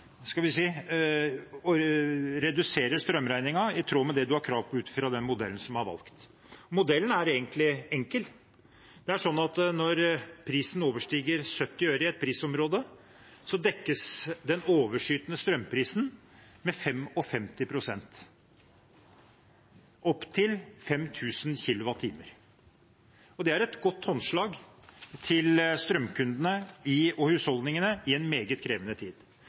skal vi si, reduserer strømregningen i tråd med det man har krav på ut fra den modellen som er valgt. Modellen er egentlig enkel. Det er sånn at når prisen overstiger 70 øre i et prisområde, dekkes den overskytende strømprisen med 55 pst. – opp til 5 000 kWh. Det er et godt håndslag til strømkundene og husholdningene i en meget krevende tid.